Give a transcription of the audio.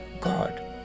God